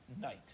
night